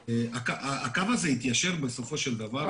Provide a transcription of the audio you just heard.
הקו הזה יתיישר בסופו של דבר.